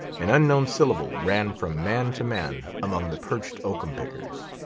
an unknown syllable ran from man to man among the perched oakum-pickers.